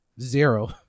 Zero